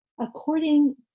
According